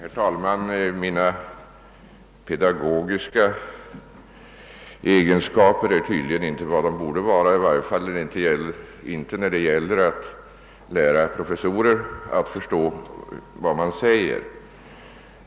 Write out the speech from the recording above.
Herr talman! Mina pedagogiska egenskaper är tydligen inte vad de borde vara, i varje fall inte när det gäller att lära professorer att förstå vad man menar.